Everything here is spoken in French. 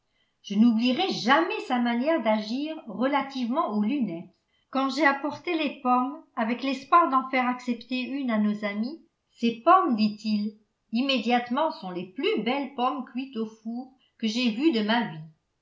je n'oublierai jamais sa manière d'agir relativement aux lunettes quand j'ai apporté les pommes avec l'espoir d'en faire accepter une à nos amis ces pommes dit-il immédiatement sont les plus belles pommes cuites au four que j'aie vues de ma vie